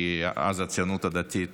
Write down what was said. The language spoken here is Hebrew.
כי אז הציונות הדתית